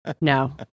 no